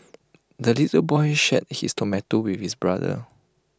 the little boy shared his tomato with his brother